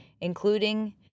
including